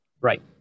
Right